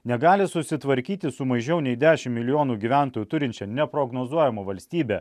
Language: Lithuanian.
negali susitvarkyti su mažiau nei dešimt milijonų gyventojų turinčia neprognozuojama valstybe